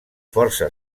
força